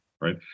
Right